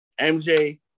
MJ